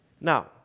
Now